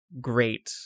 great